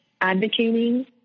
advocating